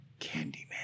Candyman